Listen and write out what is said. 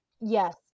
Yes